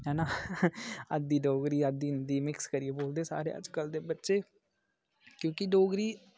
है ना अद्धी डोगरी अद्धी हिन्दी मिक्स करियै बोलदे सारे अज्जकल दे बच्चे क्योंकि डोगरी